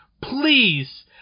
Please